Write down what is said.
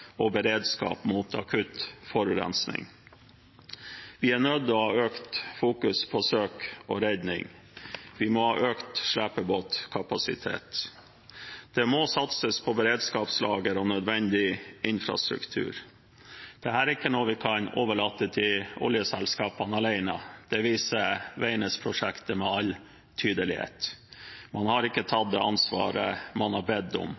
og til beredskap mot akutt forurensning. Vi er nødt til å ha økt fokusering på søk og redning, og vi må ha økt slepebåtkapasitet. Det må satses på beredskapslager og nødvendig infrastruktur. Dette er ikke noe vi kan overlate til oljeselskapene alene, det viser Veidnes-prosjektet med all tydelighet. Man har ikke tatt det ansvaret man har bedt om